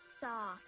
soft